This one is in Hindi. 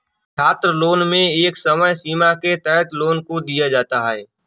छात्रलोन में एक समय सीमा के तहत लोन को दिया जाता है